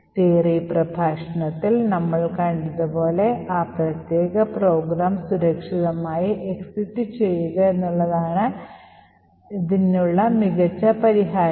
theory പ്രഭാഷണത്തിൽ നമ്മൾ കണ്ടതുപോലെ ആ പ്രത്യേക program സുരക്ഷിതമായി exit ചെയ്യുക എന്നതാണ് ഇതിനുള്ള മികച്ച പരിഹാരം